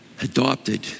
adopted